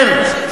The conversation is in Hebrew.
כן,